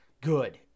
good